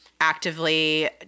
actively